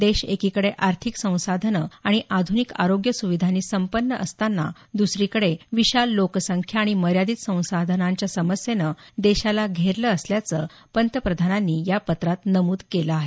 देश एकीकडे आर्थिक संसाधनं आणि आधुनिक आरोग्य सुविधांनी संपन्न असताना दुसरीकडे विशाल लोकसंख्या आणि मर्यादित संसाधनांच्या समस्येनं देशाला घेरलं असल्याचं पंतप्रधानांनी या पत्रात नमुद केलं आहे